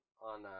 on